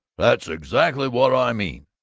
that's exactly what i mean!